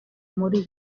muri